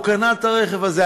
הוא קנה את הרכב הזה.